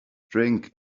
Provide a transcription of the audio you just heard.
drink